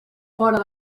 fora